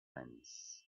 fence